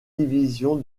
division